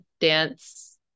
dance